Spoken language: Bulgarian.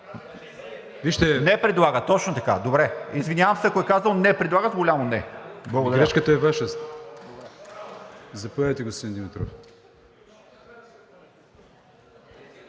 Не предлага, точно така. Добре, извинявам се, ако е казал не предлага с голямо не. Благодаря.